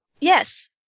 Yes